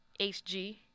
HG